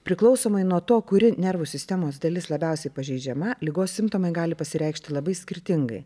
priklausomai nuo to kuri nervų sistemos dalis labiausiai pažeidžiama ligos simptomai gali pasireikšti labai skirtingai